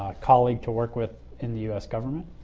colleague to work with in the u s. government.